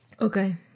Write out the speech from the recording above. Okay